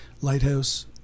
Lighthouse